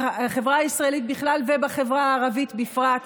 בחברה הישראלית בכלל ובחברה הערבית בפרט,